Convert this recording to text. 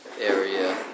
area